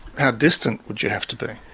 how distant would you have to be?